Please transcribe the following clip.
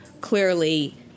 clearly